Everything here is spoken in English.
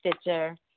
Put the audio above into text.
Stitcher